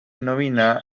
novena